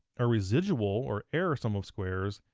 our residual, or error sum of squares,